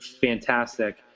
fantastic